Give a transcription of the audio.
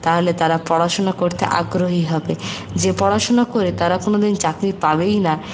তাহলে তারা পড়াশোনা করতে আগ্রহী হবে যে পড়াশোনা করে তারা কোনওদিন চাকরি পাবেই না